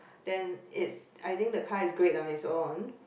then it I think the car is great on it's own